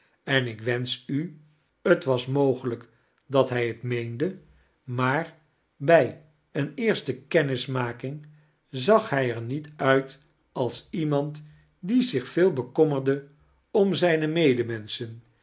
en ik wensch u t was mogelijk dat hij t meende maar bij eene eerste kennismaking zag hij er niet uit als iemand die zich veel bekommeirde om zijne medemenschen